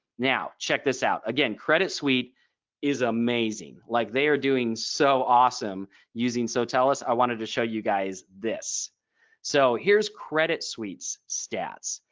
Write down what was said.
now check this out again credit suite is amazing like they are doing so awesome using sotellus. i wanted to show you guys this so here's credit suite stats.